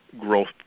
growth